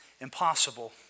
impossible